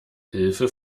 hilfe